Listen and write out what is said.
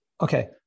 Okay